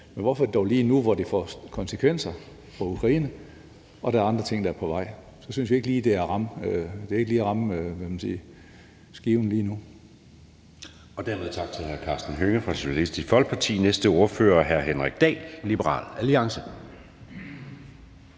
men hvorfor er det dog lige nu, hvor det får konsekvenser for Ukraine og der er andre ting, der er på vej. Så synes vi ikke lige, det er at ramme skiven lige nu. Kl. 22:14 Anden næstformand (Jeppe Søe): Dermed siger vi tak til hr. Karsten Hønge fra Socialistisk Folkeparti. Næste ordfører er hr. Henrik Dahl, Liberal Alliance.